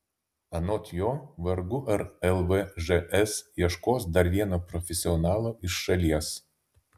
anot jo vargu ar lvžs ieškos dar vieno profesionalo iš šalies